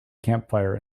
campfire